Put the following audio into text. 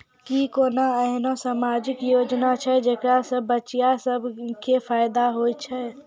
कि कोनो एहनो समाजिक योजना छै जेकरा से बचिया सभ के फायदा होय छै?